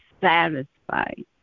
satisfied